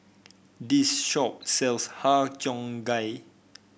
this shop sells Har Cheong Gai